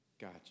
Gotcha